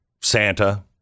Santa